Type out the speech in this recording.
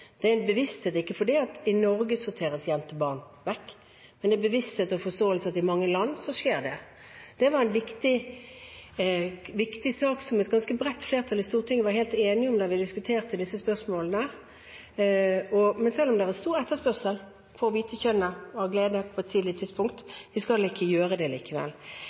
det skjer i mange land. Det var en viktig sak som et ganske bredt flertall i Stortinget var helt enig om da vi diskuterte disse spørsmålene. Selv om det er stor etterspørsel etter å få vite kjønnet allerede på et tidlig tidspunkt, skal vi ikke gi adgang til det likevel.